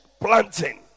planting